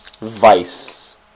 Vice